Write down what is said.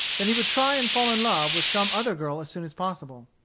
that he would try and fall in love with some other girl as soon as possible.